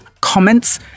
comments